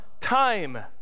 time